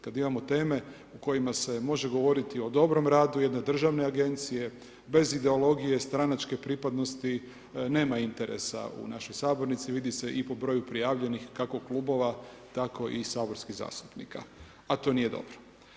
Kad imamo teme o kojima se može govorit o dobro radu jedne državne agencije, bez ideologije, stranačke pripadnosti, nema interesa u našoj sabornici, vidi se i po broju prijavljenih kako klubova tako i saborskih zastupnika a to nije dobro.